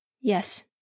Yes